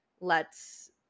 lets